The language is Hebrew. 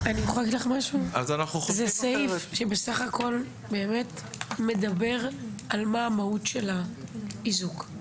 זה סעיף שבסך הכול באמת מדבר על מה המהות של האיזוק.